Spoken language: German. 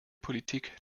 politik